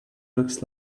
looks